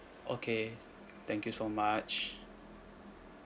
okay thank you so much